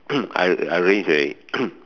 I I arrange already